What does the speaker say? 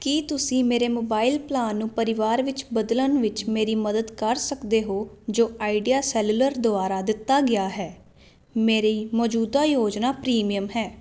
ਕੀ ਤੁਸੀਂ ਮੇਰੇ mobile plan ਨੂੰ ਪਰਿਵਾਰ ਵਿੱਚ ਬਦਲਣ ਵਿੱਚ ਮੇਰੀ ਮਦਦ ਕਰ ਸਕਦੇ ਹੋ ਜੋ ਆਈਡੀਆ ਸੈਲੂਲਰ ਦੁਆਰਾ ਦਿੱਤਾ ਗਿਆ ਹੈ ਮੇਰੀ ਮੌਜੂਦਾ ਯੋਜਨਾ ਪ੍ਰੀਮੀਅਮ ਹੈ